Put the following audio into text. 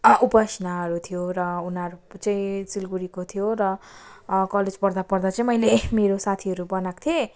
उपासनाहरू थियो र उनीहरू चाहिँ सिलिगुडीको थियो र कलेज पढ्दा पढ्दै चाहिँ मैले मेरो साथीहरू बनाएको थिएँ